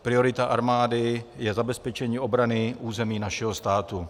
Priorita armády je zabezpečení obrany území našeho státu.